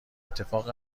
اتفاق